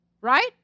right